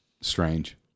Strange